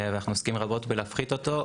ואנחנו עוסקים רבות בלהפחית אותו.